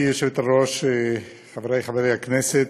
גברתי היושבת-ראש, חברי חברי הכנסת,